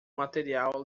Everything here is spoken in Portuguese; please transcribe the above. material